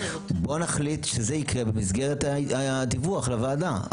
בוא נחליט שזה יקרה במסגרת הדיווח לוועדה.